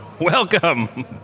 Welcome